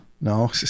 No